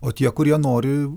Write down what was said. o tie kurie nori